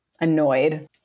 annoyed